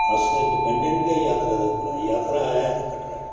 अस ते डिपैंडट गै जात्तरा उप्पर आं जात्तरा ऐ ते कटरा ऐ